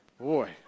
Boy